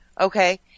Okay